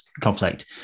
conflict